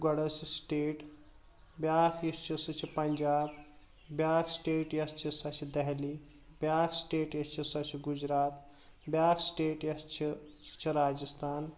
گۄڈ ٲس یہِ سٹیٹ بیاکھ یُس چھِ سُہ چھِ پنجاب بیاکھ سٹیٹ یۄس چھِ سُہ چھِ دہلی بیاکھ سٹیٹ یُس چھِ سۄ چھِ گُجرات بیاکھ سٹیٹ یۄس چھِ سُہ چھِ راجستان